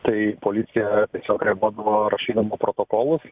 tai policija tiesiog reaguodavo rašydama protokolus